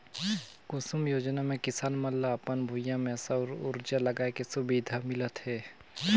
कुसुम योजना मे किसान मन ल अपन भूइयां में सउर उरजा लगाए के सुबिधा मिलत हे